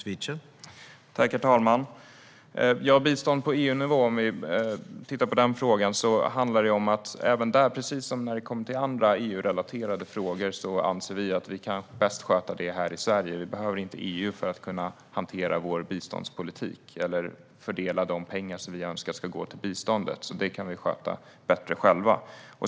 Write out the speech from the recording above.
Herr talman! Vi kan börja med att titta på frågan om bistånd på EU-nivå. Vi anser, precis som när det gäller andra EU-relaterade frågor, att vi kan sköta det bäst här i Sverige. Vi behöver inte EU för att kunna hantera vår biståndspolitik eller fördela de pengar som vi önskar ska gå till biståndet. Det kan vi sköta bättre själva.